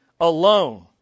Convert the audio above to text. Alone